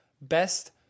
Best